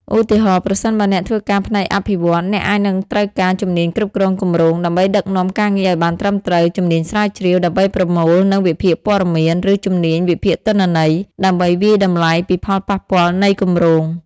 ឧទាហរណ៍ ប្រសិនបើអ្នកធ្វើការផ្នែកអភិវឌ្ឍន៍ អ្នកអាចនឹងត្រូវការ ជំនាញគ្រប់គ្រងគម្រោង ដើម្បីដឹកនាំការងារឱ្យបានត្រឹមត្រូវ ជំនាញស្រាវជ្រាវ ដើម្បីប្រមូលនិងវិភាគព័ត៌មាន ឬ ជំនាញវិភាគទិន្នន័យ ដើម្បីវាយតម្លៃពីផលប៉ះពាល់នៃគម្រោង។